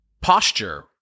posture